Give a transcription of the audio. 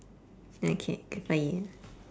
okay good for you